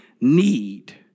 need